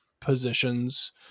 positions